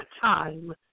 time